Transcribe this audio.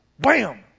Bam